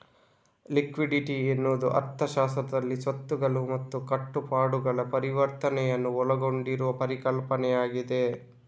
liquidity ಎನ್ನುವುದು ಅರ್ಥಶಾಸ್ತ್ರದಲ್ಲಿ ಸ್ವತ್ತುಗಳು ಮತ್ತು ಕಟ್ಟುಪಾಡುಗಳ ಪರಿವರ್ತನೆಯನ್ನು ಒಳಗೊಂಡಿರುವ ಪರಿಕಲ್ಪನೆಯಾಗಿದೆ